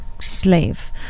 slave